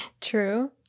True